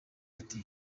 ati